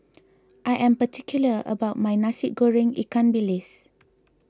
I am particular about my Nasi Goreng Ikan Bilis